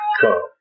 come